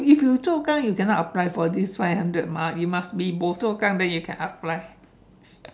if you hokkien you cannot apply for this five hundred mah you must be bo hokkien then you can apply